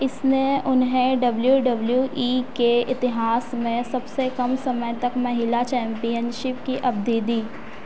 इसने उन्हें W W E के इतिहास में सबसे कम समय तक महिला चैम्पियनशिप की अवधि दी